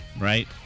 Right